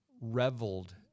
reveled